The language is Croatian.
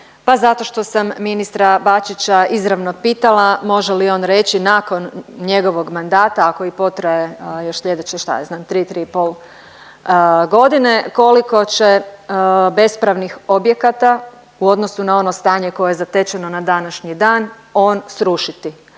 Pa zato što sam ministra Bačića izravno pitala može li on reći nakon njegovog mandata ako i potraje još sljedećih, šta ja znam tri, tri i pol godine, koliko će bespravnih objekata u odnosu na ono stanje koje je zatečeno na današnji dan on srušiti.